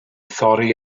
thorri